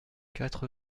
quatre